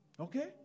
Okay